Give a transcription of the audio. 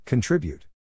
Contribute